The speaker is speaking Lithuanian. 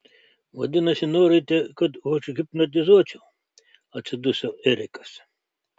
vadinasi norite kad užhipnotizuočiau atsiduso erikas